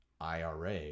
IRA